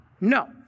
No